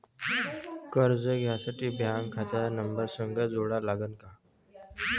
कर्ज घ्यासाठी बँक खात्याचा नंबर संग जोडा लागन का?